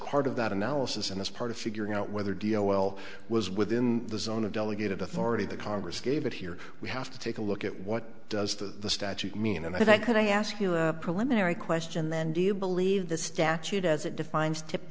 part of that analysis and it's part of figuring out whether d l l was within the zone of delegated authority the congress gave but here we have to take a look at what does the statute mean and i could i ask you a preliminary question then do you believe the statute as it defines tipped